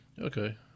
Okay